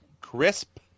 Crisp